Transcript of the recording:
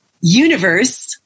universe